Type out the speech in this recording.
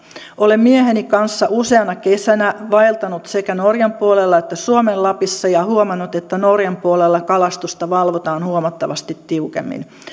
olen mieheni kanssa useana kesänä vaeltanut sekä norjan puolella että suomen lapissa ja huomannut että norjan puolella kalastusta valvotaan huomattavasti tiukemmin